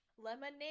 Lemonade